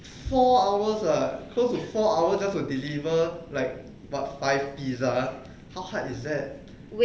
four hours ah close to four hours just to deliver like what five pizza how hard is that